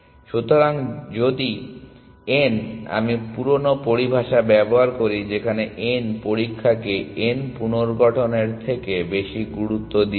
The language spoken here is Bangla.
সুতরাং যদি n আমি পুরানো পরিভাষা ব্যবহার করি এখানে n পরীক্ষা কে n পুনর্গঠন এর থেকে বেশি গুরুত্ব দিওনা